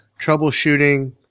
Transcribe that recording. troubleshooting